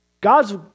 God's